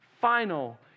final